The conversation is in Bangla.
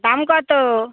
দাম কতো